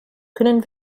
können